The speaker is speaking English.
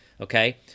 okay